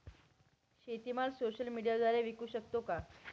शेतीमाल सोशल मीडियाद्वारे विकू शकतो का?